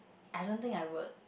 I don't think I would